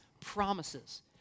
promises